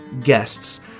guests